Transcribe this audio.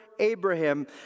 Abraham